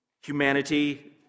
humanity